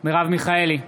מרב מיכאלי,